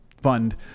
fund